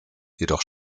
jedoch